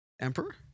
Emperor